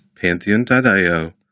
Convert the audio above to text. pantheon.io